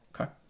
Okay